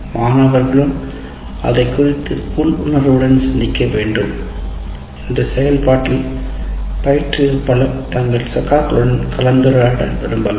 மாணவர்களும் அதைக்குறித்து உள்ளுணர்வுடன் சிந்திக்க வேண்டும் இந்த செயல்பாட்டில் பயிற்றுவிப்பாளர் தங்கள் சகாக்களுடன் கலந்துரையாட விரும்பலாம்